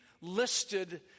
listed